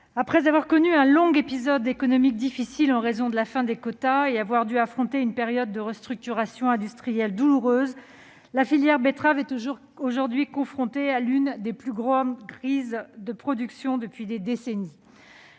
après avoir connu un long épisode économique difficile en raison de la fin des quotas et dû affronter une période de restructuration industrielle douloureuse, la filière betterave est aujourd'hui confrontée à l'une des plus grandes crises de production depuis des décennies.